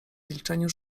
milczeniu